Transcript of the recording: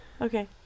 Okay